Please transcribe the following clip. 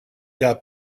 got